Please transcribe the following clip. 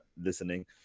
listening